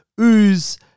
ooze